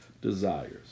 Desires